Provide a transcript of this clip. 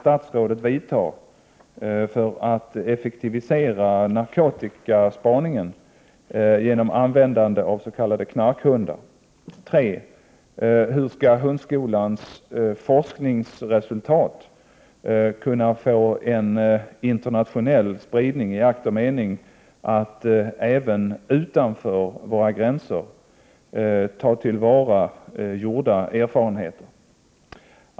Hur skall hundskolans forskningsresultat kunna få en internationell spridning i akt och mening att även utanför våra gränser ta till vara gjorda erfarenheter?